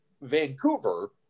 Vancouver